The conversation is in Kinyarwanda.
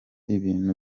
ibintu